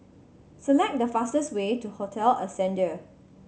select the fastest way to Hotel Ascendere